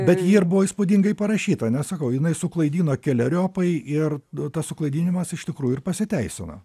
bet ji ir buvo įspūdingai parašyta nes sakau jinai suklaidino keleriopai ir tas suklaidinimas iš tikrųjų ir pasiteisino